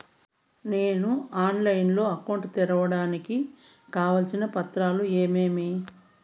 నేను ఆన్లైన్ లో అకౌంట్ తెరవడానికి కావాల్సిన పత్రాలు ఏమేమి?